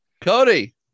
Cody